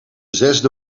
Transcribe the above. zesde